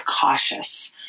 cautious